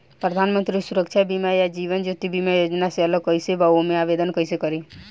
प्रधानमंत्री सुरक्षा बीमा आ जीवन ज्योति बीमा योजना से अलग कईसे बा ओमे आवदेन कईसे करी?